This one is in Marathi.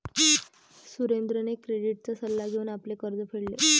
सुरेंद्रने क्रेडिटचा सल्ला घेऊन आपले कर्ज फेडले